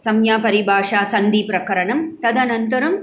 संज्ञा परिभाषा सन्धिप्रकरणं तदनन्तरं